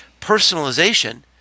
personalization